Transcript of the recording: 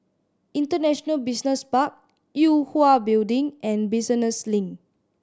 International Business Park Yue Hwa Building and Business Link